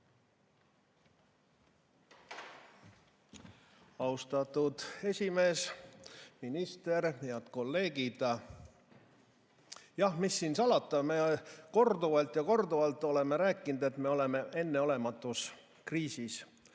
Austatud esimees! Minister! Head kolleegid! Jah, mis siin salata, me oleme korduvalt ja korduvalt rääkinud, et me oleme enneolematus kriisis.